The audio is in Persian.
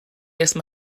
اسم